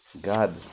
God